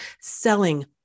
selling